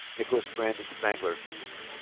nicholas brandon spangler.